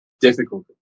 difficulty